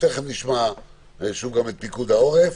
מיד נשמע את פיקוד העורף,